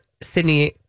Sydney